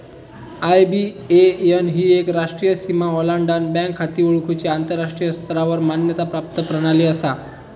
IBAN ही एक राष्ट्रीय सीमा ओलांडान बँक खाती ओळखुची आंतराष्ट्रीय स्तरावर मान्यता प्राप्त प्रणाली असा